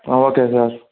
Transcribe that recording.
okay sir